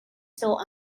still